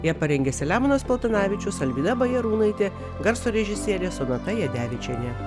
ją parengė selemonas paltanavičius alvyda bajarūnaitė garso režisierė sonata jadevičienė